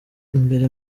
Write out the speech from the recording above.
imbere